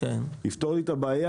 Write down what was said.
יפתור לי את הבעיה,